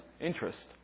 interest